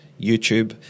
YouTube